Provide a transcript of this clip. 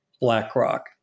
BlackRock